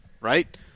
right